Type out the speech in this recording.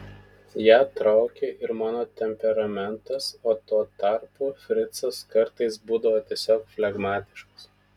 ją traukė ir mano temperamentas o tuo tarpu fricas kartais būdavo tiesiog flegmatiškas